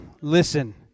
Listen